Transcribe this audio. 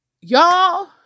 Y'all